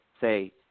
say